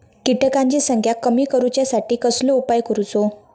किटकांची संख्या कमी करुच्यासाठी कसलो उपाय करूचो?